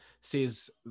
says